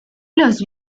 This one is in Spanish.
los